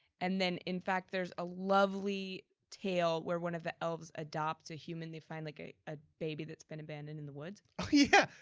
and in fact, there's a lovely tale where one of the elves adopts a human they find, like a a baby that's been abandoned in the woods. oh yeah,